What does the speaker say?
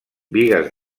bigues